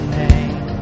name